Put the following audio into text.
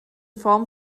form